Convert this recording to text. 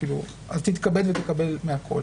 אז תתכבד ותקבל מהכול.